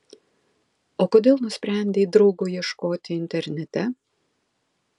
o kodėl nusprendei draugo ieškoti internete